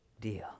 deal